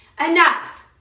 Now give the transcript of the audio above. Enough